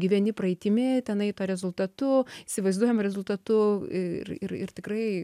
gyveni praeitimi tenai tuo rezultatu įsivaizduojamu rezultatu ir ir ir tikrai